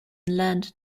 learned